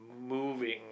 moving